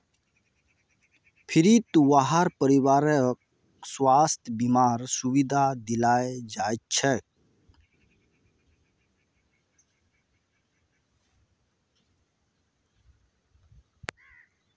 फ्रीत वहार परिवारकों स्वास्थ बीमार सुविधा दियाल जाछेक